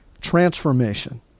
transformation